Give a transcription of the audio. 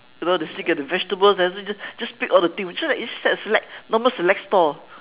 you know you still get the vegetables doesn't just just pick all the thing which one like it's like select normal select store